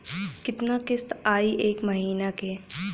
कितना किस्त आई एक महीना के?